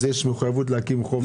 יש מחויבות להקים חוף.